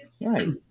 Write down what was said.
Right